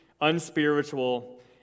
unspiritual